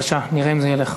בבקשה, נראה אם זה ילך.